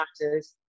matters